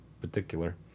particular